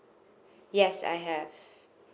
yes I have